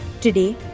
Today